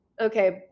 okay